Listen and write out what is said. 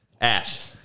Ash